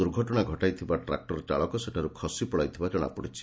ଦୁର୍ଘଟଣା ଘଟାଇଥିବା ଟ୍ରାକୁରର ଚାଳକ ସେଠାରୁ ଖସି ପଳାଇଥିବା ଜଣାପଡିଛି